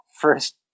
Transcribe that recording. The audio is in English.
first